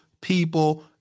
people